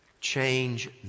change